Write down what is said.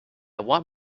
want